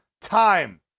time